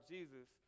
Jesus